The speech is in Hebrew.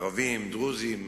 ערבים, דרוזים,